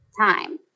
time